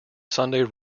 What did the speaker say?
sunday